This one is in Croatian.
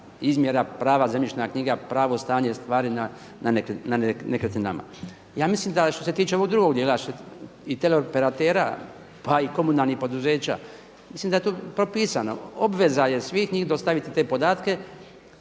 izmjera, prava zemljišna knjiga, pravo stanje stvari na nekretninama. Ja mislim da što se tiče ovog drugog dijela i teleoperatera pa i komunalnih poduzeća, mislim da je to propisano. Obveza je svih njih dostaviti te podatke.